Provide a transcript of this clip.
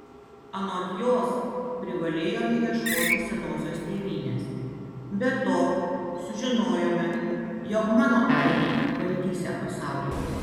anot jos privalėjome ieškoti senosios tėvynės be to sužinojome jog mano ainiai valdysią pasaulį